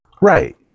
Right